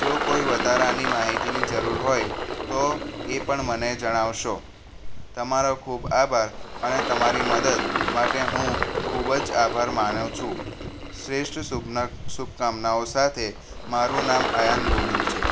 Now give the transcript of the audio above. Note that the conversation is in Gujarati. જો કોઈ વધારાની માહિતીની જરૂર હોય તો એ પણ મને જણાવશો તમારો ખૂબ આભાર અને તમારી મદદ માટે હું ખૂબ જ આભાર માનું છું શ્રેષ્ટ સુજ્ઞ શુભકામનાઓ સાથે મારું નામ અયાન ગોહિલ છે